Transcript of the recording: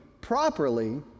properly